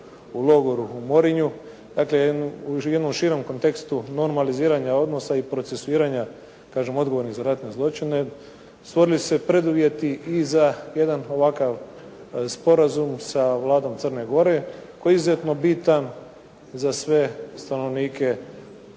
u logoru u Morinju. Dakle, u jednom širem kontekstu normaliziranja odnosa i procesuiranja odgovornih za ratne zločine stvorili su se preduvjeti i za jedan ovakav sporazum sa Vladom Crne Gore koji je izuzetno bitan za sve stanovnike